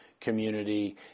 community